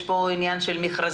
יש פה עניין של מכרזים,